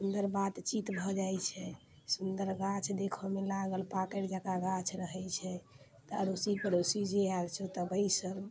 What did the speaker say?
सुन्दर बातचीत भऽ जाइत छै सुन्दर गाछ देखऽ मे लागल पाकरि जकाँ गाछ रहैत छै तऽ अड़ोसी पड़ोसी जे आएल से ओतऽ बैसल